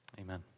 Amen